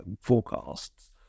forecasts